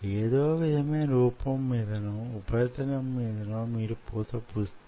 ఏదో విధమైన రూపం మీదనో ఉపరితలం మీదనో మీరు పూత పూస్తే